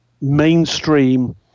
mainstream